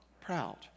proud